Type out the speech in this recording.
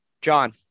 John